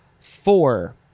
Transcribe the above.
four